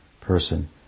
person